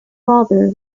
father